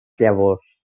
llavors